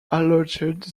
alerted